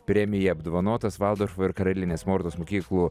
premija apdovanotas valdorfo ir karalienės mortos mokyklų